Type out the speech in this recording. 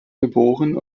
geboren